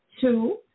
Two